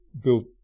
built